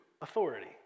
authority